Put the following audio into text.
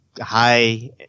high